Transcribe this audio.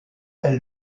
elle